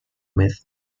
with